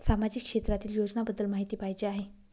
सामाजिक क्षेत्रातील योजनाबद्दल माहिती पाहिजे आहे?